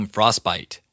Frostbite